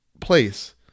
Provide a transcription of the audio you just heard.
place